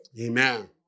Amen